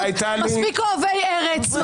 מספיק אוהבי ארץ,